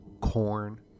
corn